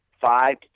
five